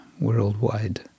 worldwide